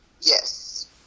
Yes